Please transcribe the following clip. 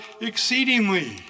exceedingly